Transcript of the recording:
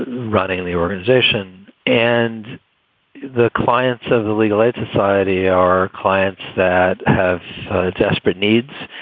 running the organization. and the clients of the legal aid society are clients that have desperate needs.